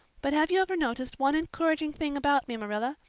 but have you ever noticed one encouraging thing about me, marilla?